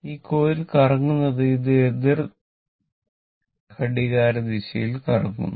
ഈ കോയിൽ കറങ്ങുന്നുണ്ട് അത് എതിർ ഘടികാരദിശയിൽ കറങ്ങുന്നു